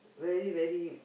very very